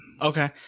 Okay